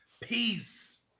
Peace